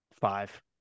Five